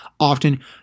Often